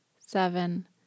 seven